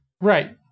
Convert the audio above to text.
right